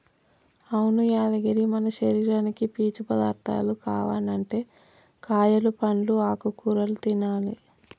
అవును యాదగిరి మన శరీరానికి పీచు పదార్థాలు కావనంటే కాయలు పండ్లు ఆకుకూరలు తినాలి